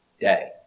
day